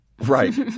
Right